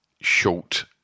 short